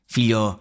Figlio